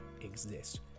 exist